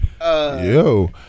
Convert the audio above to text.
Yo